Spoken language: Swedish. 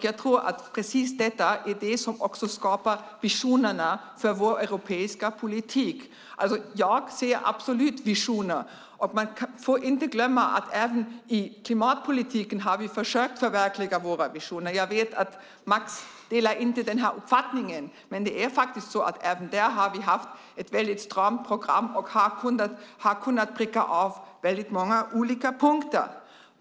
Jag tror att precis detta också är det som skapar visionerna för europeisk politik. Jag ser absolut visioner. Man får inte glömma att vi även i klimatpolitiken har försökt att förverkliga våra visioner. Jag vet att Max inte delar den uppfattningen, men det är faktiskt så att vi även där har haft ett väldigt stramt program och har kunnat pricka av väldigt många olika punkter.